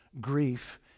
grief